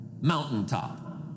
mountaintop